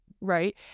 right